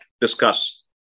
discuss